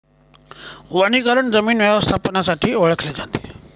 वनीकरण जमीन व्यवस्थापनासाठी ओळखले जाते